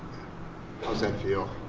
how's that feel?